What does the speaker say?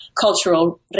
cultural